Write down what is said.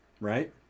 Right